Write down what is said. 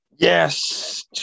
Yes